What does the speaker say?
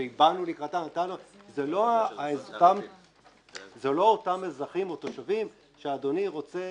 ובאנו לקראתם אלו לא אותם אזרחים או תושבים שאדוני רוצה